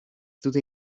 dute